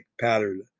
pattern